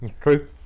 True